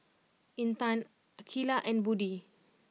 Intan Aqeelah and Budi